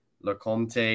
LeComte